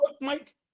Mike